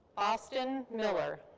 austin miller.